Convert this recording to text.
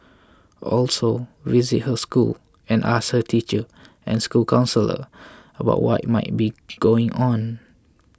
also visit her school and ask her teacher and school counsellor about what might be going on